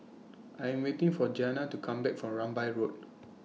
I Am waiting For Gianna to Come Back from Rambai Road